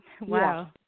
Wow